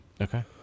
Okay